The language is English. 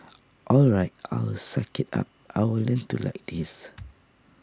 all right I'll suck IT up I'll learn to like this